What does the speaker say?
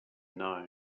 know